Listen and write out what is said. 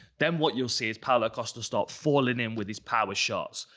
then what you'll see is paulo costa start falling in with his power shots.